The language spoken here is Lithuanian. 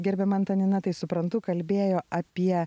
gerbiama antanina tai suprantu kalbėjo apie